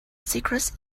secrets